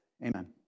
amen